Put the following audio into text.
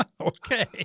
Okay